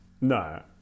No